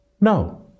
No